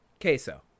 queso